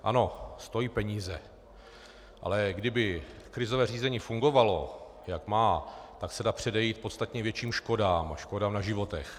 Ano, stojí peníze, ale kdyby krizové řízení fungovalo, jak má, tak se dá předejít podstatně větším škodám na životech.